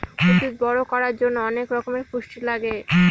উদ্ভিদ বড়ো করার জন্য অনেক রকমের পুষ্টি লাগে